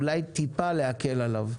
אולי טיפה להקל עליו.